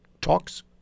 talks